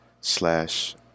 slash